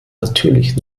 natürlich